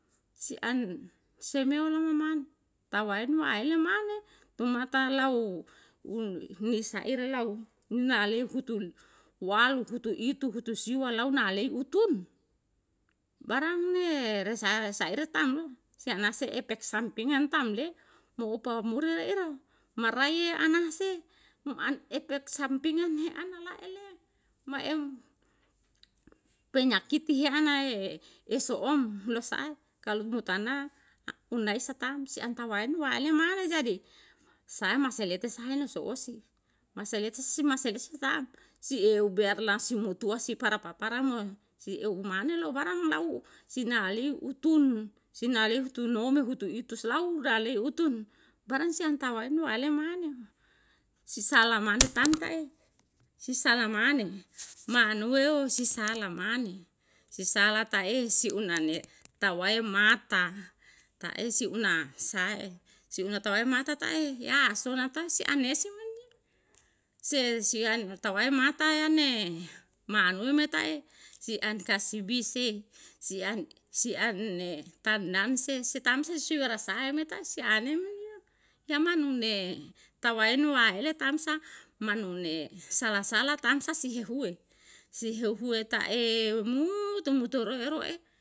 Si an se meo lama mane tawaeno aele mane tumata lau uni saire lau na ale hulu walu, hutu itu, hutu siwa, lau na alei utun, barang ne resaere saere tamno, senase epek sampingan tam le mo opamuri reireo, marai ye anase um an epek sampingan he ana la'e le, mo em penyakiti he anae he soom losa ae kalu mo tana unaisa tam si an tawaen waele mane jadi sae maselete sae na so'osi, maseleti maseleti tam. Si eu berlasung mutua si para papara moe si eu mane lo barang lau si nali utun, sinali hutuno'o me hutu itus lau dale utun, barang si an tawaen waele maneo, si salah mane tangkae, si salah mane, manuwe o si salah mane si salah tae si unane tawae mata, ta'e si una sae, si una tawaen mata tae, ya asona ta si an esimen yo. Hese si an tawae mata yan ne manuwe me ta'e si an kasibi se, si an, si an tandan se se tamse siwara sai me tae si anemenyo jaman nun ne twaen waele tam sa manu ne salah salah tam sa si hihuwe, si hihuwe ta'e mutu mutu roroe